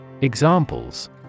Examples